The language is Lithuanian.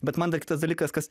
bet man dar kitas dalykas kas